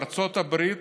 בארצות הברית,